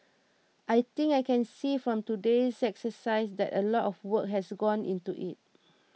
I think I can see from today's exercise that a lot of work has gone into it